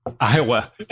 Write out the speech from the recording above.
Iowa